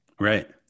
right